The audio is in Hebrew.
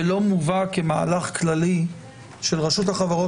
ולא מובא כמהלך כללי של רשות החברות